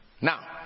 Now